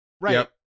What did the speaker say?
right